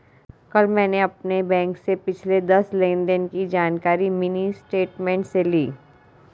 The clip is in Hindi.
कल मैंने अपने बैंक से पिछले दस लेनदेन की जानकारी मिनी स्टेटमेंट से ली